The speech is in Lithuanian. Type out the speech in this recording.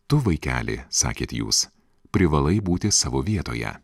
tu vaikeli sakėt jūs privalai būti savo vietoje